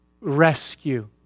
rescue